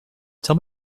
tell